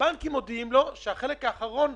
הבנקים מודיעים שהחלק האחרון